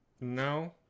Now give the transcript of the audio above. No